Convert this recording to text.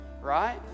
right